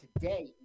today